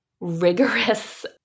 rigorous